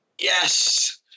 yes